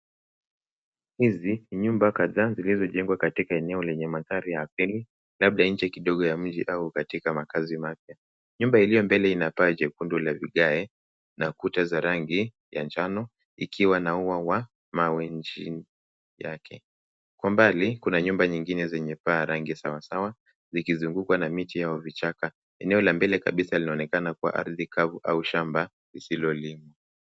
Hizi ni nyumba kadhaa zilizojengwa katika eneo lenye mandhari ya asili labda nje kidogo ya mji au katika makazi mapya. Nyumba iliyo mbele ina paa jekundu la vigae na kuta za rangi ya njano ikiwa na ua wa mawe chini yake. Kwa mbali kuna nyumba nyingine zenye paa, rangi ya sawasawa likizungukwa na miti au vichaka. Eneo la mbele kabisa linaonekana kuwa ardhi kavu au shamba lisilolimwa.